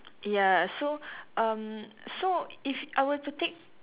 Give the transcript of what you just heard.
ya so um so if I were to take